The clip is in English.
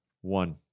one